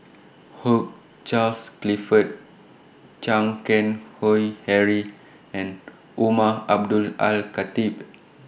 Hugh Charles Clifford Chan Keng Howe Harry and Umar Abdullah Al Khatib